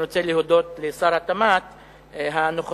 אני רוצה להודות לשר התמ"ת הנוכחי,